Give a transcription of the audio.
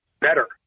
better